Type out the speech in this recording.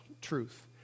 truth